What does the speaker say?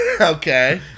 okay